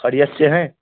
خڑ ا استے ہیں